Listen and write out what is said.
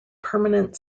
permanent